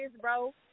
bro